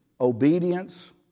obedience